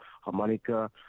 harmonica